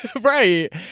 Right